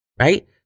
right